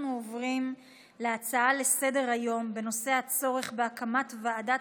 נעבור להצעה לסדר-היום בנושא: הצורך בהקמת ועדת